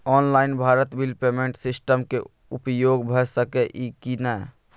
Online Bharat bill payment system के उपयोग भ सके इ की नय?